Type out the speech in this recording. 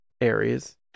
Aries